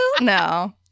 No